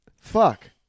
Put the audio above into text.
fuck